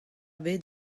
bet